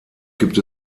gibt